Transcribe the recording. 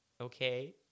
Okay